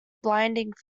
blinding